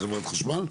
חברת החשמל?